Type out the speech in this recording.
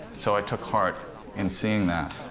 so i took heart in seeing that.